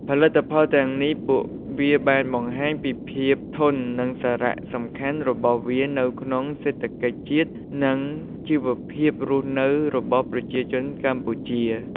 ផលិតផលទាំងនេះ ពួកវាបានបង្ហាញពីភាពធន់ និងសារៈសំខាន់របស់វានៅក្នុងសេដ្ឋកិច្ចជាតិ និងជិវភាពរស់នៅរបស់ប្រជាជនកម្ពុជា។